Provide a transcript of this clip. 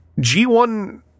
G1